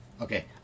Okay